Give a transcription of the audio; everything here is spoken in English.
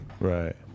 Right